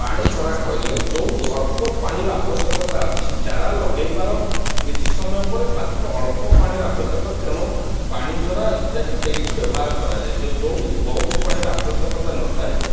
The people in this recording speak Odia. ପାଣି ଝରା କହିଲେ ଯେଉଁଠି ଅଳ୍ପ ପାଣିର ଆବଶ୍ୟକତା ଅଛି ଚାରା ଲଗାଇବାର କିଛି ସମୟ ପରେ ମାତ୍ର ଅଳ୍ପ ପାଣିର ଆବଶ୍ୟକ ତେଣୁ ପାଣି ଝରା ଇତ୍ୟାଦି ସେଇଠି ବ୍ୟବହାର କରାଯାଏ ଯେଉଁଠି ବହୁତ ପାଣିର ଆବଶ୍ୟକତା ନଥାଏ